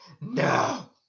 no